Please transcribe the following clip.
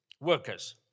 workers